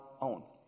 own